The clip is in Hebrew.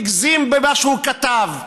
הגזים במה שהוא כתב.